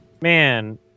man